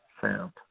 sound